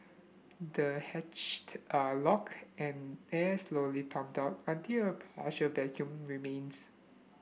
the hatched are locked and air is slowly pumped out until a partial vacuum remains